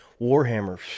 Warhammer